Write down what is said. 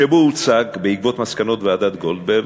שבו הוצג, בעקבות מסקנות ועדת גולדברג,